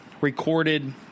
Recorded